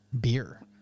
beer